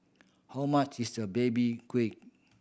how much is a baby quid